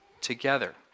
together